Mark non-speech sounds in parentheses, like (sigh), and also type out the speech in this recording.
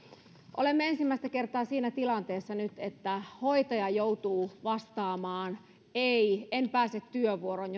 olemme ensimmäistä kertaa siinä tilanteessa nyt että hoitaja joutuu vastaamaan ei en pääse työvuoroon (unintelligible)